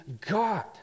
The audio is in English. God